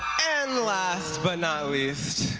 and last but not least,